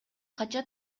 кача